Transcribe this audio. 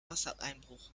wassereinbruch